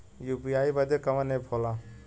UPI बदे कवन app होला?